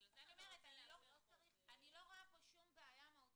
בגלל זה אני אומרת אני לא רואה פה שום בעיה מהותית.